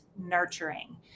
nurturing